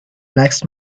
next